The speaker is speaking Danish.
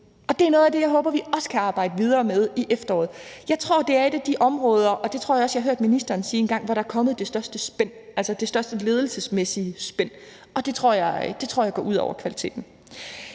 ud. Det er noget af det, jeg håber vi også kan arbejde videre med til efteråret. Jeg tror, det er et af de områder – det tror jeg også jeg hørte ministeren sige en gang – hvor der er kommet det største spænd, altså det største ledelsesmæssige spænd, og det tror jeg går ud over kvaliteten.